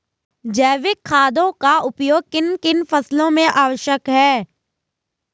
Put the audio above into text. जैविक खादों का उपयोग किन किन फसलों में आवश्यक है?